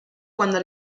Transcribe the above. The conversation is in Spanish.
cuando